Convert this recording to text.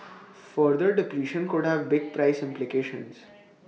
further depletion could have big price implications